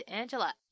Angela